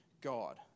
God